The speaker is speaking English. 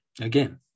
Again